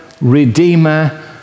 redeemer